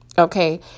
Okay